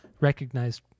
recognized